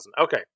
okay